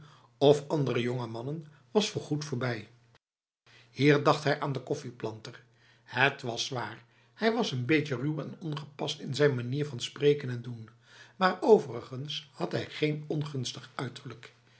of andere jongemannen was voorgoed voorbijl hier dacht hij aan de koffieplanter het was waar hij was n beetje ruw en ongepast in zijn manier van spreken en doen maar overigens had hij geen ongunstig uiterlijk